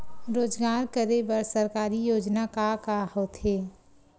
रोजगार करे बर सरकारी योजना का का होथे?